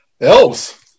elves